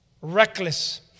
reckless